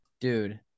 Dude